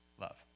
love